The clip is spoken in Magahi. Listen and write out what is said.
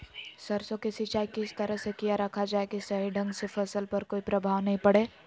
सरसों के सिंचाई किस तरह से किया रखा जाए कि सही ढंग से फसल पर कोई प्रभाव नहीं पड़े?